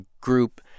group